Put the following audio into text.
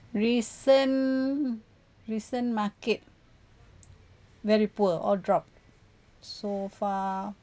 recent recent market very poor all dropped so far